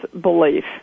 belief